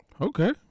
Okay